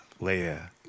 Leia